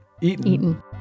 eaten